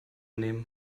nehmen